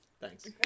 Thanks